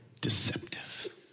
deceptive